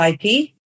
IP